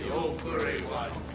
oh furry one.